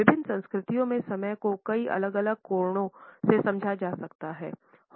विभिन्न संस्कृतियों में समय को कई अलग अलग कोणों से समझा जा सकता है